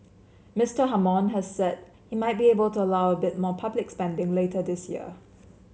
Mister Hammond has said he might be able to allow a bit more public spending later this year